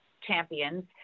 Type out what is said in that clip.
champions